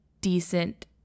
decent